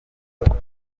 modoka